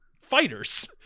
fighters